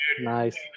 Nice